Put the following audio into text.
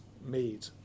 made